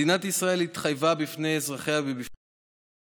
מדינת ישראל התחייבה בפני אזרחיה ובפני ארגון